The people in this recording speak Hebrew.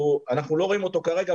אנחנו לא רואים אותו כרגע,